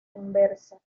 inversa